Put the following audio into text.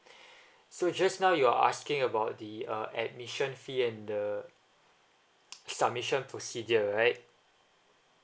so just now you're asking about the uh admission fee and the submission procedure right